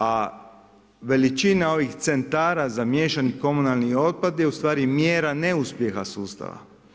A veličina ovih centara za miješani komunalni otpad je ustvari mjera neuspjeha sustava.